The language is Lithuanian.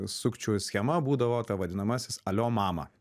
sukčių schema būdavo ta vadinamasis alio mama